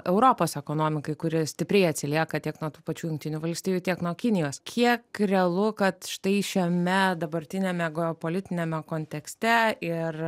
europos ekonomikai kuri stipriai atsilieka tiek nuo tų pačių jungtinių valstijų tiek nuo kinijos kiek realu kad štai šiame dabartiniame geopolitiniame kontekste ir